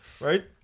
Right